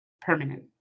permanent